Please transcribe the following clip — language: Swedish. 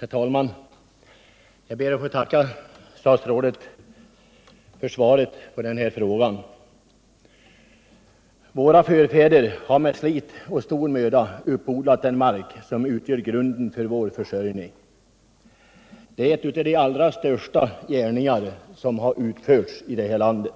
Herr talman! Jag ber att få tacka statsrådet för svaret på min fråga. Våra förfäder har med slit och stor möda uppodlat den mark som utgör grunden för vår försörjning. Det är en av de största gärningar som utförts här i landet.